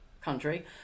country